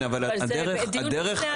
זה דיון בפני עצמו.